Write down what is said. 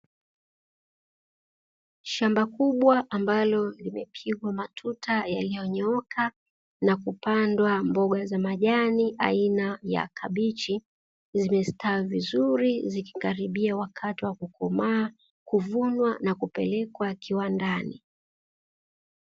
Shamba kubwa ambalo limepigwa matuta yaliyonyooka na kupandwa mboga za majani aina ya kabichi, zimestawi vizuri zikikaribia wakati wa kukomaa, kuvunwa na kupelekwa kiwandani.